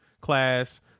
class